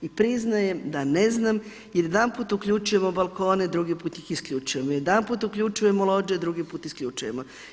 I priznajem da ne znam i jedanput uključujemo balkone, drugi put ih isključujemo, jedanput uključujemo lođe, drugi put isključujemo.